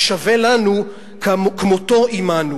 השווה לנו, כמותנו ועמנו,